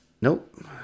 nope